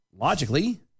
logically